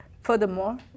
furthermore